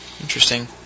Interesting